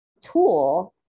tool